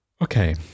Okay